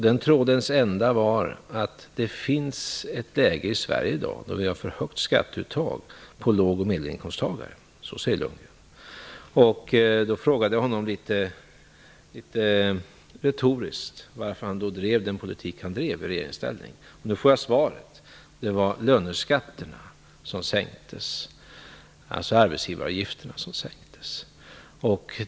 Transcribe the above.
Den trådens ända var att det finns ett läge i Sverige i dag med ett för högt skatteuttag på låg och medelinkomsttagare. Det säger Bo Lundgren. Då frågade jag honom litet retoriskt varför han då drev den politik som han drev i regeringsställning. Nu fick jag svaret att det var löneskatterna som sänktes. Det var alltså arbetsgivaravgifterna som sänktes.